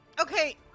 okay